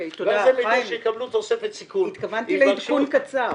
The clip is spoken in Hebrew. טוב, חיים, התכוונתי לעדכון קצר.